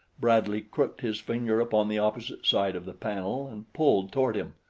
bradley crooked his finger upon the opposite side of the panel and pulled toward him,